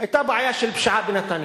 היתה בעיה של פשיעה בנתניה.